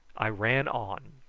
i ran on.